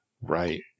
Right